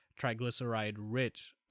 triglyceride-rich